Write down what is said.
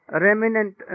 remnant